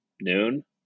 noon